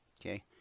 Okay